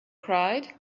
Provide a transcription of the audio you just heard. cried